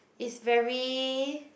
is very